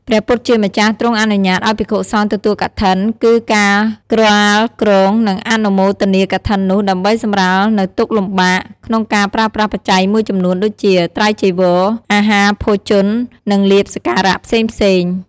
ព្រះពុទ្ធជាម្ចាស់ទ្រង់អនុញ្ញាតឱ្យភិក្ខុសង្ឃទទួលកឋិន គឺការក្រាលគ្រង និងអនុមោនាកឋិននោះដើម្បីសម្រាលនូវទុក្ខលំបាកក្នុងការប្រើប្រាស់បច្ច័យមួយចំនួនដូចជា ត្រៃចីវរ អាហារភោជន និងលាភសក្ការៈផ្សេងៗ ។